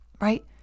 Right